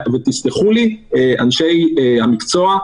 ותסלחו לי אנשי המקצוע,